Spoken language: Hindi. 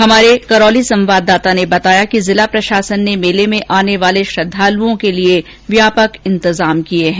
हमारे करौली संवाददाता ने बताया कि जिला प्रशासन ने मेले में आने वाले श्रद्वालुओं के लिए व्यापक इंतजाम किए हैं